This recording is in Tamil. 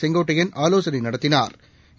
செங்கோட்டையன் ஆலோசனை நடத்தினாா்